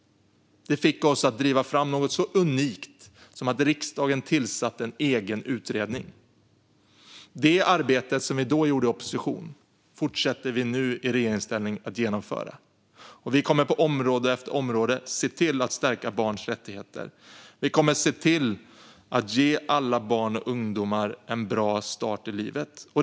Det fick oss att driva fram något så unikt som att riksdagen tillsatte en egen utredning. Det som vi arbetade med då i opposition fortsätter vi med nu i regeringsställning att genomföra. Vi kommer på område efter område att se till att stärka barns rättigheter. Vi kommer att se till att ge alla barn och ungdomar en bra start i livet.